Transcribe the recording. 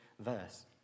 verse